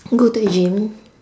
go to the gym